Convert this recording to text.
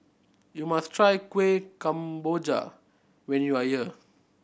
you must try Kuih Kemboja when you are here